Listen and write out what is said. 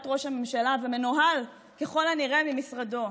ראש הממשלה ומנוהל ככל הנראה ממשרדו.